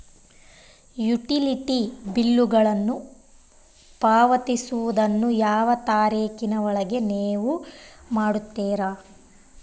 Utility ಬಿಲ್ಲುಗಳನ್ನು ಪಾವತಿಸುವದನ್ನು ಯಾವ ತಾರೇಖಿನ ಒಳಗೆ ನೇವು ಮಾಡುತ್ತೇರಾ?